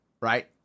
right